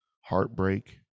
heartbreak